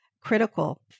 critical